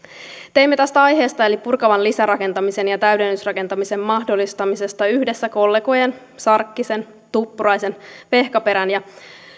teimme tästä aiheesta eli purkavan lisärakentamisen ja täydennysrakentamisen mahdollistamisesta yhdessä kollegojen sarkkisen tuppuraisen vehkaperän ja